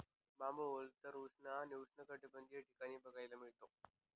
बांबू ओलसर, उष्ण आणि उष्णकटिबंधीय ठिकाणी बघायला मिळतात